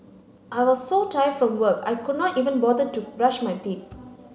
I was so tired from work I could not even bother to brush my teeth